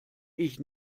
ich